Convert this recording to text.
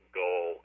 goal